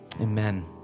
Amen